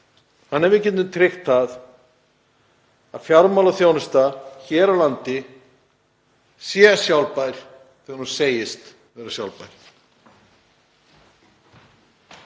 þannig að við getum tryggt að fjármálaþjónusta hér á landi sé sjálfbær þegar hún segist vera sjálfbær.